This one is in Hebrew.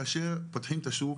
כאשר פותחים את השוק,